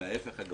אלא ההיפך הגמור.